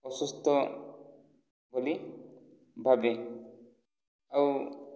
ଅସୁସ୍ଥ ବୋଲି ଭାବେ ଆଉ